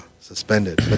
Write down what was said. suspended